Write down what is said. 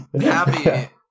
happy